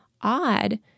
odd